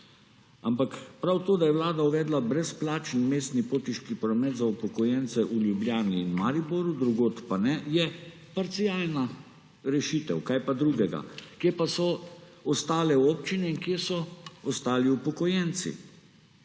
Ampak prav to, da je vlada uvedla brezplačni mestni potniški promet za upokojence v Ljubljani in Mariboru, drugod pa ne, je parcialna rešitev, kaj pa drugega. Kje pa so ostale občine in kje so ostali upokojenci?